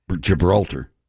Gibraltar